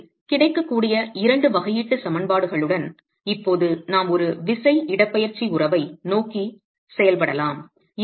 எனவே கிடைக்கக்கூடிய இரண்டு வகையீட்டு சமன்பாடுகளுடன் இப்போது நாம் ஒரு விசை இடப்பெயர்ச்சி உறவை நோக்கிச் செயல்படலாம்